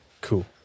Cool